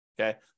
okay